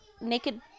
naked